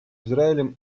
израилем